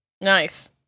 Nice